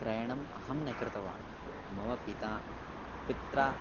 क्रयणम् अहं न कृतवान् मम पिता पित्रा